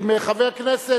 כי חבר כנסת,